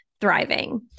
thriving